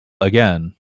again